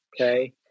okay